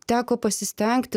teko pasistengti